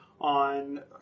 on